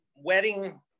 wedding